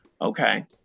okay